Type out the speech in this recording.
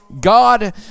God